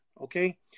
okay